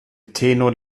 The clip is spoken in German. tenor